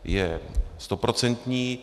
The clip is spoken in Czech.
Je stoprocentní.